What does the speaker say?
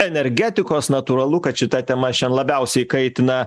energetikos natūralu kad šita tema šian labiausiai kaitina